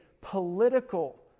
political